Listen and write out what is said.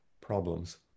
problems